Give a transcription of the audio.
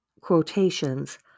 quotations